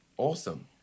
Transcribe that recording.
Awesome